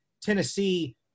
Tennessee